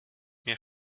mir